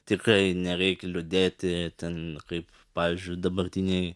tikrai nereikia liūdėti ten kaip pavyzdžiui dabartiniai